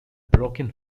broken